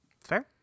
Fair